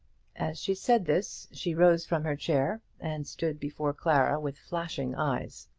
as she said this she rose from her chair, and stood before clara with flashing eyes.